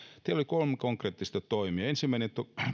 oli kolme konkreettista toimea ensimmäinen